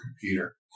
computer